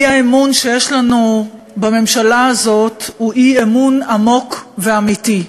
האי-אמון שיש לנו בממשלה הזאת הוא אי-אמון עמוק ואמיתי,